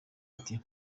ati